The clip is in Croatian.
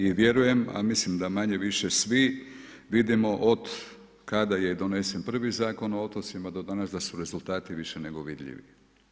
I vjerujem, a mislim da manje-više svi vidimo od kada je donesen prvi zakon o otocima, do danas da su rezultati više nego vidljivo.